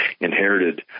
inherited